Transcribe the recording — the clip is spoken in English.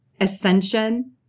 ascension